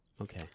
Okay